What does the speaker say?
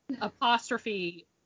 apostrophe-